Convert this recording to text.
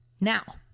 Now